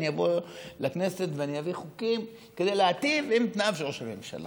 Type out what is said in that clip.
אני אבוא לכנסת ואני אביא חוקים כדי להיטיב את תנאיו של ראש הממשלה.